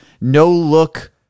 no-look